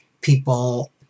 people